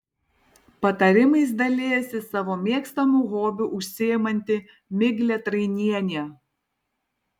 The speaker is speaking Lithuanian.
patarimais dalijasi savo mėgstamu hobiu užsiimanti miglė trainienė